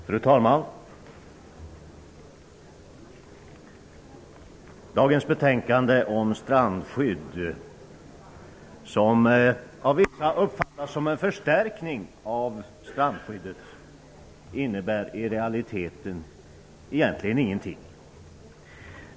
Fru talman! Dagens betänkande om strandskydd, som av vissa uppfattas som en förstärkning av strandskyddet, innebär i realiteten egentligen ingenting.